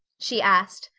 she asked.